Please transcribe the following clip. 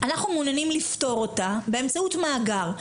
אנחנו מעוניינים לפתור אותה באמצעות מאגר.